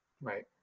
Right